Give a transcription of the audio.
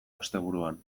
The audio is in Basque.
asteburuan